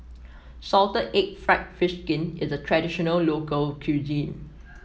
Salted Egg fried fish skin is a traditional local cuisine